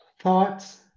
thoughts